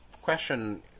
question